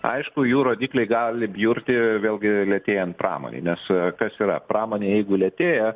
aišku jų rodikliai gali bjurti vėlgi lėtėjant pramonei nes kas yra pramonė jeigu lėtėja